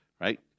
right